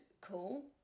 cool